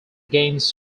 against